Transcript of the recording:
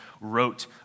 wrote